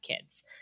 kids